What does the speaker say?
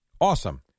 Awesome